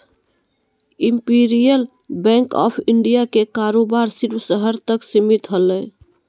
imperial bank of India के कारोबार सिर्फ़ शहर तक सीमित हलय